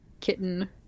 kitten